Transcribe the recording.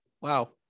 wow